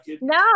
No